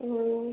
ம் ம்